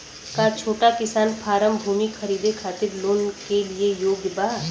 का छोटा किसान फारम भूमि खरीदे खातिर लोन के लिए योग्य बा?